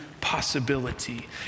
possibility